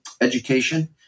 education